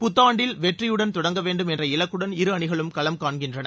புத்தாண்டில் வெற்றியுடன் தொடங்கவேண்டும் என்ற இலக்குடன் இரு அணிகளும் களம் காண்கின்றன